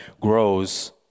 grows